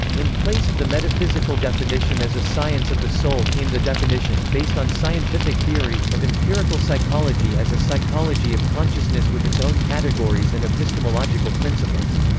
in place of the metaphysical definition as a science of the soul came the definition, based on scientific theory, of empirical psychology as a psychology of consciousness with its own categories and epistemological principles.